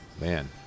Man